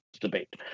Debate